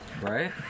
Right